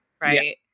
right